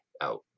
out